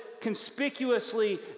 conspicuously